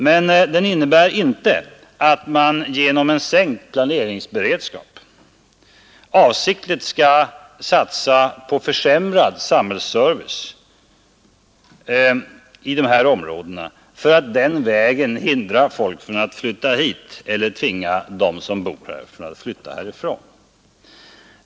Men lojaliteten innebär inte att man genom en sänkt planeringsberedskap avsiktligt skall satsa på försämrad samhällsservice i de här områdena för att den vägen hindra folk från att flytta hit eller tvinga dem som bor här att flytta härifrån.